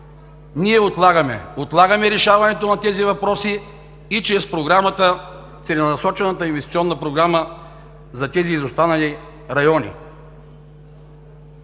отлагаме решаването на тези въпроси и чрез целенасочената инвестиционна програма за тези изостанали райони.